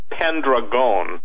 Pendragon